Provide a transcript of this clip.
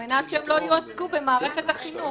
כדי שהם לא יועסקו במערכת החינוך.